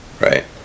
right